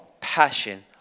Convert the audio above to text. passion